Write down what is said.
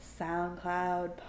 SoundCloud